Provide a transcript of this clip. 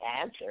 answer